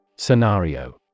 Scenario